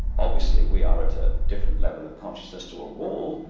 obviously, we are at a different level of consciousness to a wall,